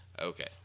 Okay